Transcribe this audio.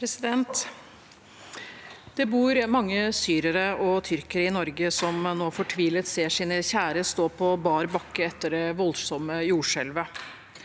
«Det bor mange syrere og tyrkere i Norge som fortvilet ser sine kjære stå på bar bakke etter det voldsomme jordskjelvet.